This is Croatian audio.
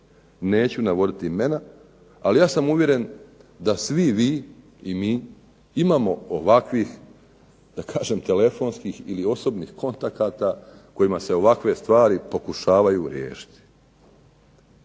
Neću navoditi imena, ali ja sam uvjeren da svi vi i mi imamo ovakvih da kažem telefonskih ili osobnih kontakata kojima se ovakve stvari pokušavaju riješiti.